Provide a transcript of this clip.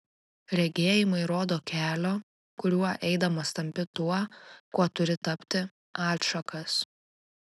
regėjimai rodo kelio kuriuo eidamas tampi tuo kuo turi tapti atšakas